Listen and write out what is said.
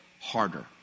harder